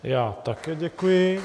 Já také děkuji.